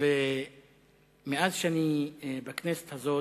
מאז שאני בכנסת הזאת,